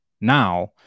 now